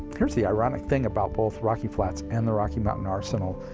here's the ironic thing about both rocky flats and the rocky mountain arsenal,